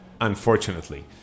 Unfortunately